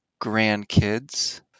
grandkids